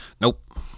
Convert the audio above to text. Nope